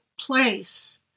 place